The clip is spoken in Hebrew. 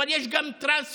אבל יש גם טרנספר.